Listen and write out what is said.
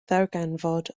ddarganfod